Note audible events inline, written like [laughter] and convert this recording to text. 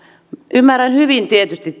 ymmärrän hyvin tietysti [unintelligible]